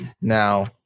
Now